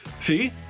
See